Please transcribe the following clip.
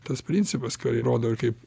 tas principas ką įrodo ir kaip